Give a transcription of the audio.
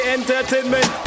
Entertainment